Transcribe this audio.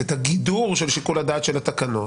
את הגידור של שיקול הדעת של התקנות